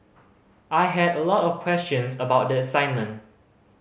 I had a lot of questions about the assignment